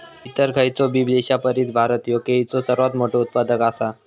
इतर खयचोबी देशापरिस भारत ह्यो केळीचो सर्वात मोठा उत्पादक आसा